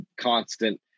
constant